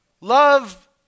Love